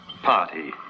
party